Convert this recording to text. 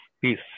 peace